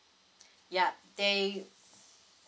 ya they